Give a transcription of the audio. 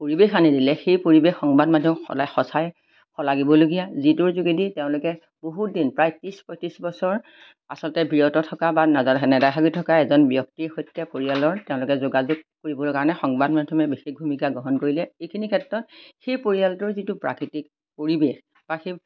পৰিৱেশ আনি দিলে সেই পৰিৱেশ সংবাদ মাধ্যম সলাই সঁচাই শলাগিবলগীয়া যিটোৰ যোগেদি তেওঁলোকে বহুত দিন প্ৰায় ত্ৰিছ পঁয়ত্ৰিছ বছৰ আচলতে বিৰত থকা বা নেজা নেদেখাকৈ থকা এজন ব্যক্তিৰ সৈতে পৰিয়ালৰ তেওঁলোকে যোগাযোগ কৰিবলৈ কাৰণে সংবাদ মাধ্যমে বিশেষ ভূমিকা গ্ৰহণ কৰিলে এইখিনি ক্ষেত্ৰত সেই পৰিয়ালটোৰ যিটো প্ৰাকৃতিক পৰিৱেশ বা সেই